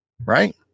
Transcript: Right